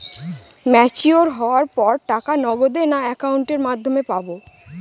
Mature হওয়ার পর টাকা নগদে না অ্যাকাউন্টের মাধ্যমে পাবো?